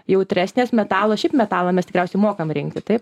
jautresnės metalo šiaip metalą mes tikriausiai mokam rinkti taip